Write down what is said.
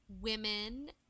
women